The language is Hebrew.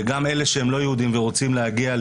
גם אלה שהם לא יהודים ורוצים להגיע לכאן,